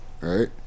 right